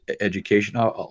education